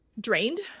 drained